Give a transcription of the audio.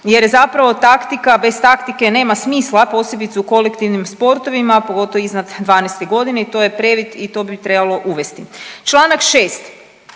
jer zapravo taktika, bez taktike nema smisla posebice u kolektivnim sportovima pogotovo iznad 12 godine i to je previd i to bi trebalo uvesti. Članak 6.